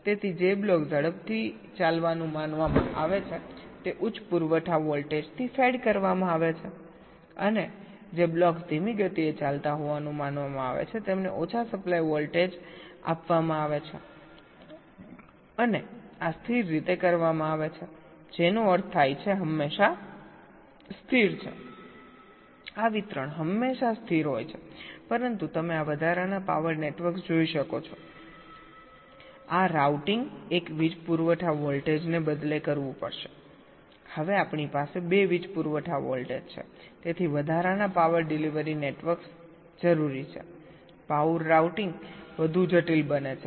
તેથી જે બ્લોક ઝડપથી ચાલવાનું માનવામાં આવે છે તે ઉચ્ચ પુરવઠા વોલ્ટેજથી ફેડ કરવામાં આવે છે અને જે બ્લોક્સ ધીમી ગતિએ ચાલતા હોવાનું માનવામાં આવે છે તેમને ઓછા સપ્લાય વોલ્ટેજ આપવામાં આવે છે અને આ સ્થિર રીતે કરવામાં આવે છે જેનો અર્થ થાય છે હંમેશા સ્થિર છેઆ વિતરણ હંમેશા સ્થિર હોય છે પરંતુ તમે આ વધારાના પાવર નેટવર્ક્સ જોઈ શકો છો આ રાઉટિંગ એક વીજ પુરવઠા વોલ્ટેજને બદલે કરવું પડશે હવે આપણી પાસે બે વીજ પુરવઠા વોલ્ટેજ છે તેથી વધારાના પાવર ડિલિવરી નેટવર્ક્સ જરૂરી છે પાવર રાઉટિંગ વધુ જટિલ બને છે